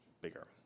bigger